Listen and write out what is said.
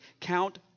count